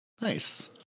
Nice